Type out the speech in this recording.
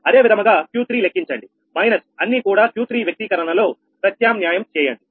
అదే విధముగా Q3 లెక్కించండి మైనస్ అన్ని కూడా Q3 వ్యక్తీకరణలో ప్రత్యామ్న్యాయం చేయండి